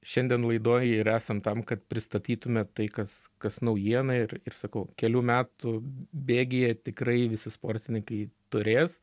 šiandien laidoj ir esam tam kad pristatytume tai kas kas naujiena ir sakau kelių metų bėgyje tikrai visi sportininkai turės